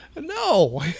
No